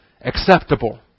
acceptable